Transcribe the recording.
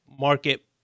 market